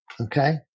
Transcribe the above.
Okay